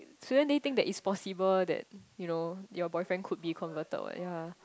shouldn't they think that it's possible that you know your boyfriend could be converted what ya